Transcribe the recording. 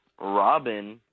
Robin